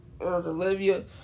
Olivia